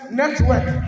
network